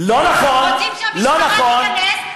הם רוצים שהמשטרה תיכנס,